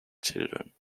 children